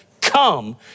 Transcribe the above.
come